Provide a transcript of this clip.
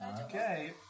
Okay